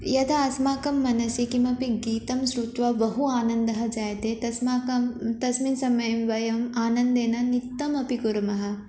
यदा अस्माकं मनसि किमपि गीतं श्रुत्वा बहु आनन्दः जायते तस्मात् तस्मिन् समये वयम् आनन्देन नृत्यमपि कुर्मः